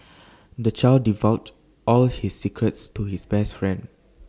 the child divulged all his secrets to his best friend